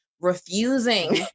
refusing